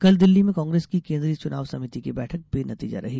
कल दिल्ली में कांग्रेस की केंद्रीय चुनाव समिति की बैठक बेनतीजा रही